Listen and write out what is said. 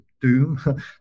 Doom